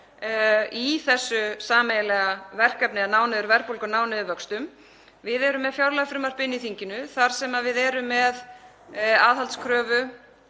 í þessu sameiginlega verkefni, að ná niður verðbólgu og ná niður vöxtum. Við erum með fjárlagafrumvarp í þinginu þar sem við erum með aðhaldskröfu.